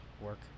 work